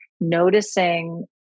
noticing